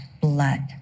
blood